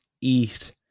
eat